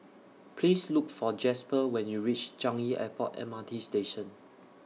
Please Look For Jasper when YOU REACH Changi Airport M R T Station